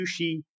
sushi